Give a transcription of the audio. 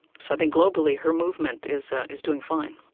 so, i think, globally, her movement is, is doing fine